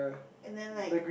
and then like